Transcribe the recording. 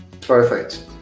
Perfect